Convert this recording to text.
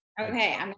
Okay